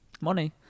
money